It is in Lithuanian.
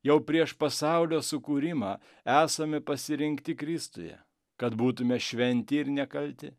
jau prieš pasaulio sukūrimą esame pasirinkti kristuje kad būtume šventi ir nekalti